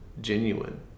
genuine